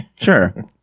Sure